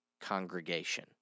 congregation